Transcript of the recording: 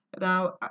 now